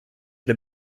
der